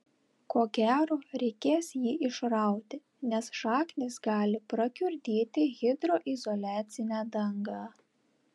ko gero reikės jį išrauti nes šaknys gali prakiurdyti hidroizoliacinę dangą